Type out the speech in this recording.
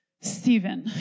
Stephen